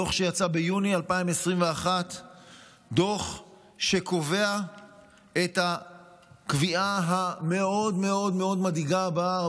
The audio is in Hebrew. הדוח יצא ביוני 2021 וקבע את הקביעה המאוד-מדאיגה הבאה.